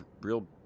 real